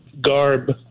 garb